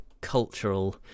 cultural